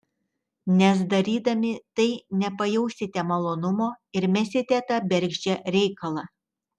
nes darydami tai nepajausite malonumo ir mesite tą bergždžią reikalą